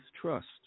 trust